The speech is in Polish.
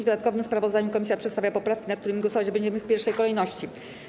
W dodatkowym sprawozdaniu komisja przedstawia poprawki, nad którymi głosować będziemy w pierwszej kolejności.